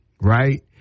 right